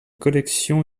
collection